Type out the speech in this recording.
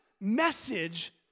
message